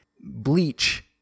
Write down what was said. bleach